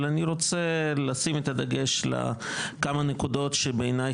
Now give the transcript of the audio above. אבל אני רוצה לשים את הדגש על כמה נקודות שבעיניי